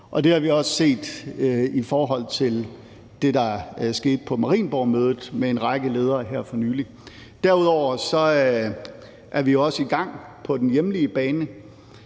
vi har også set det i forhold til det, der skete på Marienborgmødet med en række ledere her for nylig. Derudover er vi også i gang på den hjemlige bane,